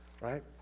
right